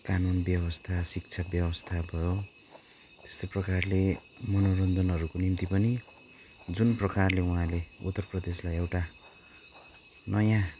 कानुन व्यवस्था शिक्षा व्यवस्था भयो त्यस्तै प्रकारले मनोरञ्जनहरूको निम्ति पनि जुन प्रकारले उहाँले उत्तर प्रदेशलाई एउटा नयाँ